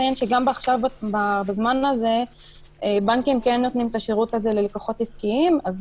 עכשיו בנקים כן נותנים את השירות ללקוחות עסקיים אז